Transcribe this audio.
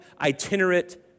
itinerant